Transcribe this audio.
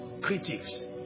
critics